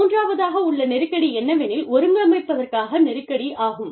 மூன்றாவதாக உள்ள நெருக்கடி என்னவெனில் ஒருங்கமைப்பதற்காக நெருக்கடி ஆகும்